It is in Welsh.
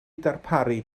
darparu